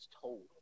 told